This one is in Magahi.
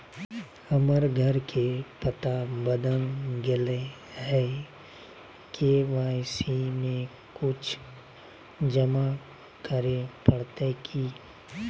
हमर घर के पता बदल गेलई हई, के.वाई.सी में कुछ जमा करे पड़तई की?